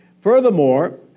Furthermore